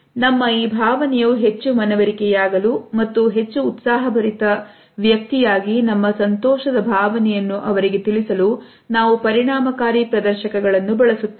ನಮ್ಮ ಈ ಭಾವನೆಯು ಹೆಚ್ಚು ಮನವರಿಕೆ ಯಾಗಲು ಮತ್ತು ಹೆಚ್ಚು ಉತ್ಸಾಹಭರಿತ ವ್ಯಕ್ತಿಯಾಗಿ ನಮ್ಮ ಸಂತೋಷದ ಭಾವನೆಯನ್ನು ಅವರಿಗೆ ತಿಳಿಸಲು ನಾವು ಪರಿಣಾಮಕಾರಿ ಪ್ರದರ್ಶನ ಗಳನ್ನು ಬಳಸುತ್ತೇವೆ